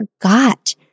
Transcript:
forgot